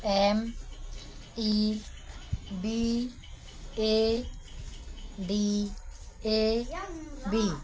M E B A B A B